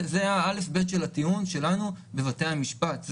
זה הא"ב של הטיעון שלנו בבתי המשפט,